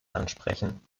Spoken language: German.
ansprechen